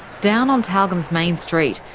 down on tyalgum's main street,